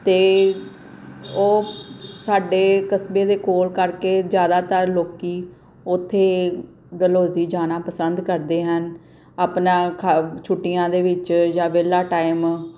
ਅਤੇ ਉਹ ਸਾਡੇ ਕਸਬੇ ਦੇ ਕੋਲ ਕਰਕੇ ਜ਼ਿਆਦਾਤਰ ਲੋਕ ਉੱਥੇ ਡਲਹੌਜ਼ੀ ਜਾਣਾ ਪਸੰਦ ਕਰਦੇ ਹਨ ਆਪਣਾ ਛੁੱਟੀਆਂ ਦੇ ਵਿੱਚ ਜਾਂ ਵਿਹਲਾ ਟਾਈਮ